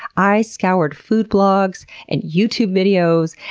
i scoured food blogs and youtube videos,